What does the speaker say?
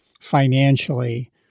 financially